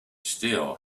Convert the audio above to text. still